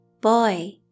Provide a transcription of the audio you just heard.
Boy